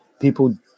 people